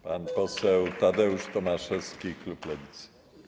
Pan poseł Tadeusz Tomaszewski, klub Lewicy.